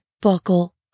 buckle